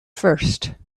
first